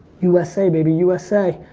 usa baby, usa.